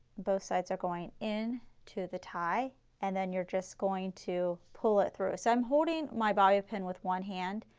both sides are going in to the tie and then you're just going to pull it through, so i am holding my bobby pin with one hand.